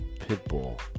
Pitbull